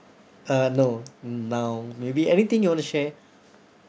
uh no now maybe anything you want to share